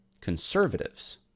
conservatives